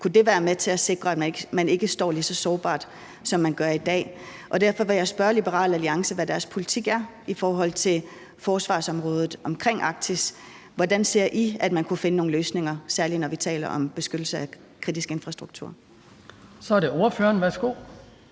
Kunne det være med til at sikre, at man ikke står lige så sårbart, som man gør i dag? Derfor vil jeg spørge Liberal Alliance om, hvad deres politik er i forhold til forsvarsområdet omkring Arktis. Hvordan ser I, at man kunne finde nogle løsninger, særlig når vi taler om beskyttelse af kritisk infrastruktur? Kl. 14:51 Den fg.